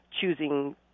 choosing